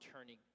turning